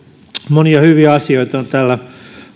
monia hyviä asioita on tällä